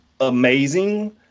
amazing